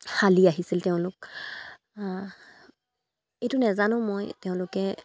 হালি আহিছিল তেওঁলোক এইটো নেজানো মই তেওঁলোকে